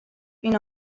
این